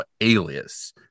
Alias